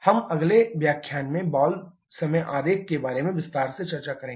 हम अगले व्याख्यान में वाल्व समय आरेख के बारे में विस्तार से चर्चा करेंगे